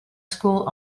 school